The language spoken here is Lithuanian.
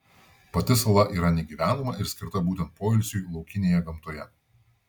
pati sala yra negyvenama ir skirta būtent poilsiui laukinėje gamtoje